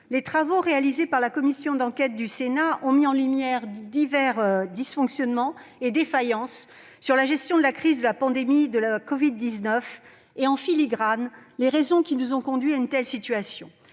les travaux réalisés par la commission d'enquête du Sénat ont mis en lumière divers dysfonctionnements et défaillances sur la gestion de la crise de la pandémie de covid-19 et ont révélé en filigrane les raisons qui ont conduit à une telle situation.